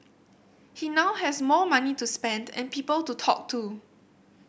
he now has more money to spend and people to talk to